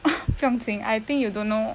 不用紧 I think you don't know